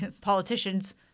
politicians